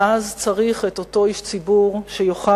ואז צריך את אותו איש ציבור שיוכל